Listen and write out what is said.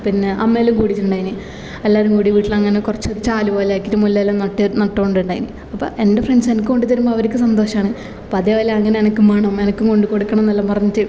പിന്നെ അമ്മേല്ലാം കൂടീട്ടൊണ്ടയിന് എല്ലാവരും കൂടി വീട്ടിലങ്ങന കുറച്ചൊരു ചാലുപോലെ ആക്കീട്ട് മുല്ലേല്ലാം നട്ട് നട്ടിട്ടുണ്ടായിന് അപ്പം എൻ്റെ ഫ്രണ്ട് എനിക്ക് കൊണ്ട് തരുമ്പോൾ അവരിക്ക് സന്തോഷമാണ് അപ്പം അതേപോലെ അങ്ങനെ എനിക്കും വേണം എനിക്കും കൊണ്ട് കൊടുക്കണം എന്നെല്ലാം പറഞ്ഞിട്ട്